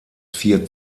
vier